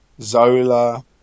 zola